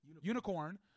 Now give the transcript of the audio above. unicorn